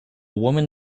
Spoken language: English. woman